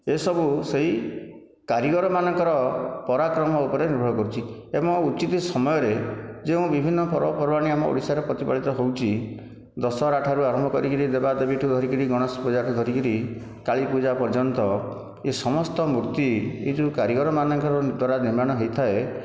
ଏସବୁ ସେଇ କାରିଗରମାନଙ୍କର ପରାକ୍ରମ ଉପରେ ନିର୍ଭର କରୁଛି ଏବଂ ଉଚିତ ସମୟରେ ଯେଉଁ ବିଭିନ୍ନ ପର୍ବପର୍ବାଣି ଆମ ଓଡ଼ିଶାରେ ପ୍ରତିପାଳିତ ହେଉଛି ଦଶହରା ଠାରୁ ଆରମ୍ଭ କରିକି ଦେବା ଦେବୀଠୁ ଧରିକି ଗଣେଶ ପୂଜା ଠାରୁ ଧରିକରି କାଳୀ ପୂଜା ପର୍ଯ୍ୟନ୍ତ ଏ ସମସ୍ତ ମୂର୍ତ୍ତି ଏ ଯେଉଁ କାରିଗରମାନଙ୍କର ଦ୍ୱାରା ନିର୍ମାଣ ହୋଇଥାଏ